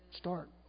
start